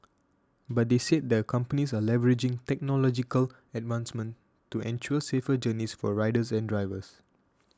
but they said the companies are leveraging technological advancements to ensure safer journeys for riders and drivers